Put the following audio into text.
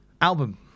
Album